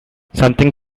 something